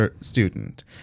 student